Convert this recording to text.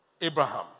Abraham